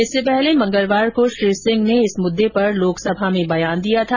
इससे पहले मंगलवार को श्री सिंह ने इस मुददे पर लोक सभा में बयान दिया था